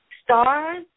Stars